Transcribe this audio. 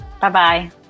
Bye-bye